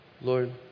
Lord